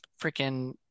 freaking